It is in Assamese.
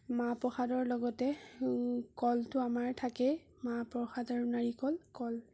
মাহ প্ৰসাদৰ লগতে কলটো আমাৰ থাকেই মাহ প্ৰসাদ আৰু নাৰিকল কল